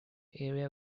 area